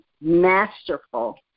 masterful